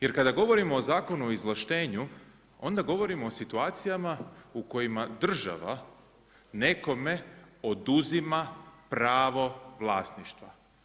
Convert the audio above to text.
Jer kada govorimo o Zakonu o izvlaštenju onda govorimo o situacijama u kojima država nekome oduzima pravo vlasništva.